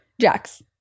Jax